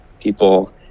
people –